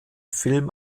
film